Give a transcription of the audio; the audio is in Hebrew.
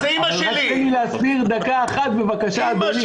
רק תנו לי להשלים דקה אחת, בבקשה, אדוני.